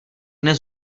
dnes